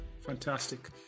fantastic